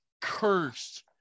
Cursed